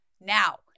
Now